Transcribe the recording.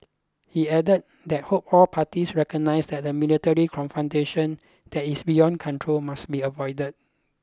he added that hoped all parties recognise that the military confrontation that is beyond control must be avoided